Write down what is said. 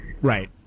Right